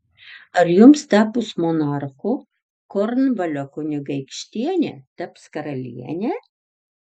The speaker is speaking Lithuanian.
ar jums tapus monarchu kornvalio kunigaikštienė taps karaliene